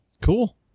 Cool